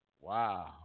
Wow